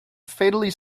fatally